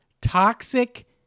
toxic